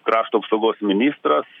krašto apsaugos ministras